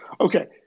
okay